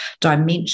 dimension